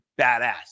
badass